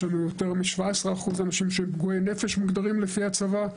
יש לנו יותר מ-17% אנשים שהם פגועי נפש מוגדרים לפי הצבא,